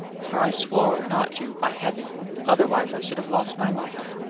for i swore not to by heaven, otherwise i should have lost my life.